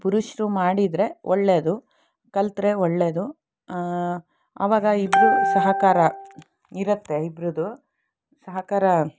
ಪುರುಷರು ಮಾಡಿದರೆ ಒಳ್ಳೆಯದು ಕಲ್ತ್ರೆ ಒಳ್ಳೆಯದು ಆವಾಗ ಇಬ್ಬರೂ ಸಹಕಾರ ಇರುತ್ತೆ ಇಬ್ರದು ಸಹಕಾರ